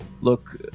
Look